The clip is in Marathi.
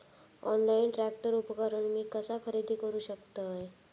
ऑनलाईन ट्रॅक्टर उपकरण मी कसा खरेदी करू शकतय?